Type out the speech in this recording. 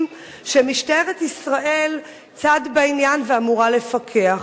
שמשטרת ישראל צד בעניין ואמורה לפקח.